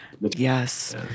Yes